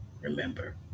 Remember